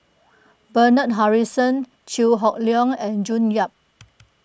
Bernard Harrison Chew Hock Leong and June Yap